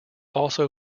also